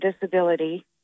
disability